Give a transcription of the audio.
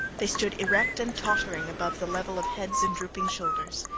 they stood erect and tottering above the level of heads and drooping shoulders.